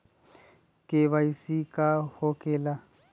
KYC का हो के ला?